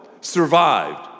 survived